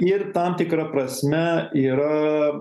ir tam tikra prasme yra